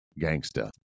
gangsta